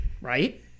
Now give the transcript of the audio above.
Right